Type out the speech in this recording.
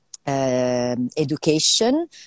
Education